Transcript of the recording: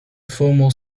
formal